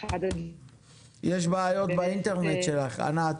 --- יש בעיות באינטרנט ענת.